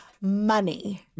money